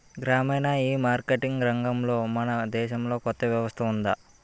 గ్రామీణ ఈమార్కెటింగ్ రంగంలో మన దేశంలో కొత్త వ్యవస్థ ఉందా?